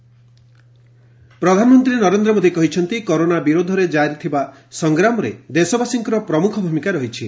PM Mann Ki Baat ପ୍ରଧାନମନ୍ତ୍ରୀ ନରେନ୍ଦ ମୋଦି କହିଛନ୍ତି corona ବିରୋଧରେ ଜାରି ଥିବା ସଂଗ୍ରାମରେ ଦେଶବାସୀଙ୍କର ପ୍ରମୁଖ ଭୂମିକା ରହିଛି